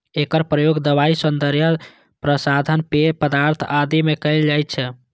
एकर प्रयोग दवाइ, सौंदर्य प्रसाधन, पेय पदार्थ आदि मे कैल जाइ छै